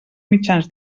mitjans